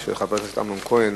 אמנון כהן